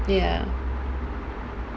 ya